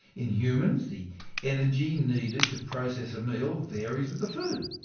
in humans, the energy needed to process a meal varies with the food.